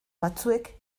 batzuek